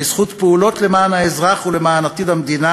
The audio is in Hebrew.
בזכות פעולות למען האזרח ולמען עתיד המדינה